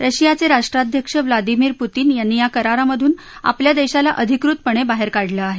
रशियाचे राष्ट्राध्यक्ष Vladimir Putin यांनी या करारामधून आपल्या देशाला अधिकृतपणे बाहेर काढलं आहे